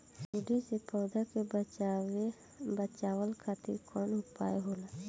सुंडी से पौधा के बचावल खातिर कौन उपाय होला?